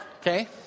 Okay